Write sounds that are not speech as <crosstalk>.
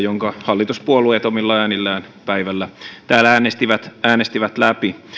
<unintelligible> jonka hallituspuolueet omilla äänillään päivällä täällä äänestivät äänestivät läpi